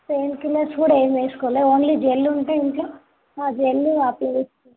painkillers కూడా ఏమి వేసుకోలేదు ఓన్లీ జెల్ టే ఇంట్లో ఆ జెల్ అప్లై